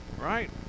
right